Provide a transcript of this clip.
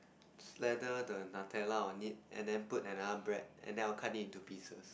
selected the Nutella on it and then put another bread and then I will cut it into pieces